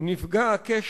יצביע בעד.